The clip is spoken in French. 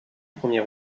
premier